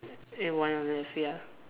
and one on left ya